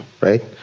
right